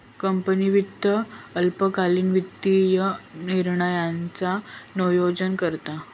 company वित्त अल्पकालीन वित्तीय निर्णयांचा नोयोजन करता